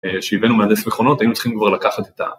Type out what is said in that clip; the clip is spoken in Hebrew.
כשהבאנו מהנדס מכונות היינו צריכים כבר לקחת את ה...